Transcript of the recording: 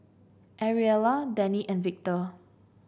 Ariella Denny and Victor